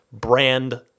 brand